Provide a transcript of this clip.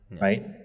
right